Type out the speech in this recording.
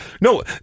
No